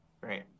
Great